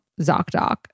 ZocDoc